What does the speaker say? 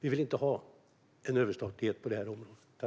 Vi vill inte ha överstatlighet på detta område.